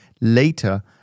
later